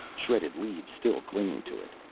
shredded leaves still clinging to it.